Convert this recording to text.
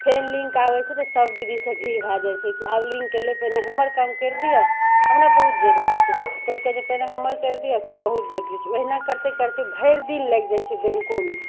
फेर लिन्क आबै छै तऽ सभ दीदी सभ भीड़ भै जाइ छै कि आब लिन्क अएलै पहिले हमर काम करि दिअऽ हमरा बहुत जरूरी छै कोइ कहै छै पहिले हमर करि दिअऽ हमर बहुत जरूरी छै ओहिना करिते करिते भरिदिन लागि जाइ छै बैँकोमे